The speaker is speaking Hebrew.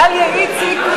דליה איציק,